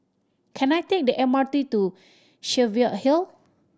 can I take the M R T to Cheviot Hill